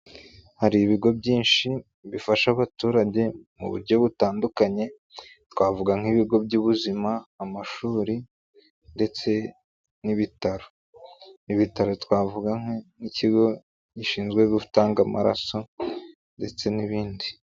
Hari ibigo byinshi bifasha abaturage mu buryo butandukanye twavuga nk'ibigo by'ubuzima, amashuri ndetse n'ibitaro, ibitaro twavuga nk'ikigo gishinzwe gutanga amaraso ndetse n'ibindi.